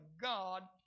God